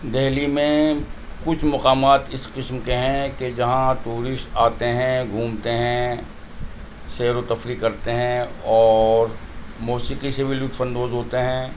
دہلی میں کچھ مقامات اس قسم کے ہیں کہ جہاں ٹورسٹ آتے ہیں گھومتے ہیں سیر و تفریح کرتے ہیں اور موسیقی سے بھی لطف اندوز ہوتے ہیں